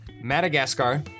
Madagascar